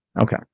okay